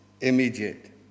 immediate